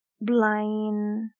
blind